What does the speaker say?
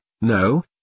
no